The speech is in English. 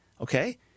okay